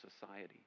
society